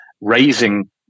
raising